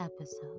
episode